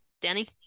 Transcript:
Danny